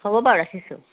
হ'ব বাৰু ৰাখিছোঁ